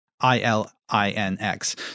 I-L-I-N-X